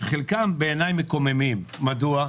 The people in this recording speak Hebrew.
שחלקם בעיניי מקוממים, מדוע?